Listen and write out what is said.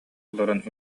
олорон